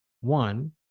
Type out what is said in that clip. one